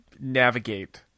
navigate